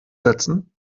setzen